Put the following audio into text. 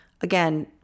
again